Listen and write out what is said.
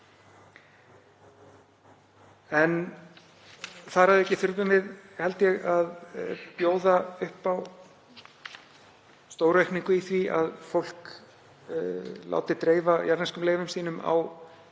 Þar að auki þurfum við, held ég, að bjóða upp á stóraukningu í því að fólk láti dreifa jarðneskum leifum sínum á þeim